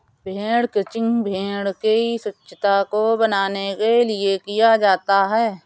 भेड़ क्रंचिंग भेड़ की स्वच्छता को बनाने के लिए किया जाता है